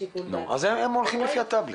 הם הולכים לפי מה שרשום